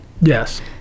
Yes